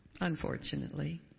unfortunately